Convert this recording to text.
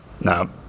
No